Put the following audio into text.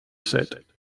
set